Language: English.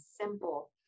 simple